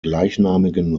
gleichnamigen